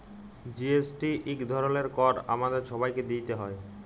GST ইক ধরলের কর আমাদের ছবাইকে দিইতে হ্যয়